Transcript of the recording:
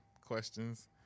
questions